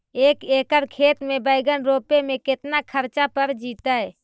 एक एकड़ खेत में बैंगन रोपे में केतना ख़र्चा पड़ जितै?